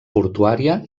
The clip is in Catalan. portuària